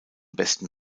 besten